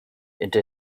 into